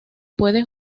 puede